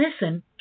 listen